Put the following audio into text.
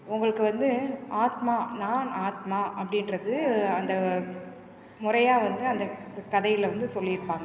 உங்களுக்கு வந்து ஆத்மா நான் ஆத்மா அப்படின்றது அந்த முறையாக வந்து அந்த க கதையில் வந்து சொல்லியிருப்பாங்க